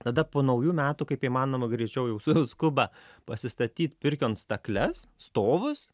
tada po naujų metų kaip įmanoma greičiau jau su skuba pasistatyt pirkion stakles stovus